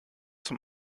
zum